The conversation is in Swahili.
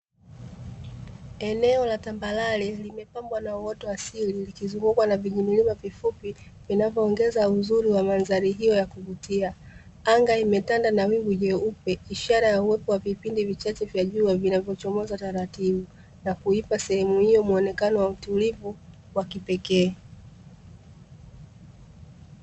Eneo la tambarare limepambwa na uoto wa asili likizungukwa na vijimilima vifupi vinavyoongeza uzuri wa mandhari hiyo ya kuvutia. Anga imetanda na wingu jeupe ishara ya uwepo wa vipindi vichache vya jua vinavyochomoza taratibu, na kuipa sehemu hiyo muonekano wa utulivu wa kipekee.